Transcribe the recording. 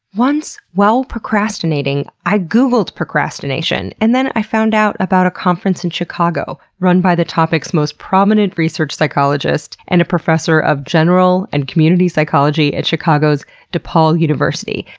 once, while procrastinating, i googled procrastination, and then i found out about a conference in chicago, run by the topic's most prominent research psychologist and a professor of general and community psychology at chicago's depaul university.